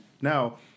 Now